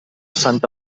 santa